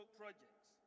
projects